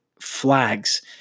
flags